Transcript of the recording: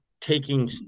taking